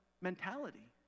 mentality